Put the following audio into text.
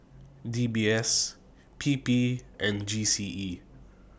D B S P P and G C E